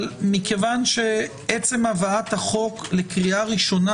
אבל מכיוון שעצם הבאת החוק אפילו לקריאה ראשונה,